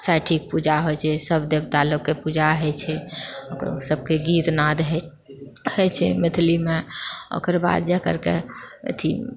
साठिके पूजा होइत छै सभ देवता लोकके पूजा होइत छै सभके गीत नाद होइत छै मैथिलीमे ओकर बाद जाकरके अथि